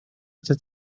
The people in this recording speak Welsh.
atat